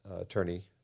attorney